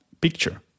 picture